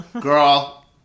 Girl